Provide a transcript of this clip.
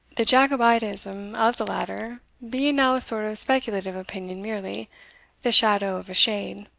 the jacobitism of the latter being now a sort of speculative opinion merely the shadow of a shade.